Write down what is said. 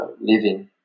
living